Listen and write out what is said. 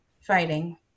fighting